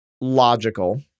logical